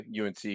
UNC